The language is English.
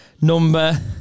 number